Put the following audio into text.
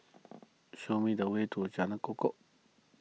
show me the way to Jalan Kukoh